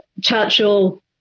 Churchill